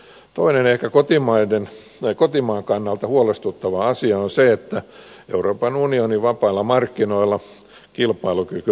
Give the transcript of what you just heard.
toinen ehkä kotimaan kannalta huolestuttava asia on se että euroopan unionin vapailla markkinoilla kilpailukyky ratkaisee